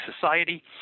society